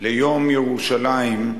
ליום ירושלים,